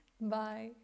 bye